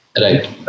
Right